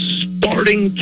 starting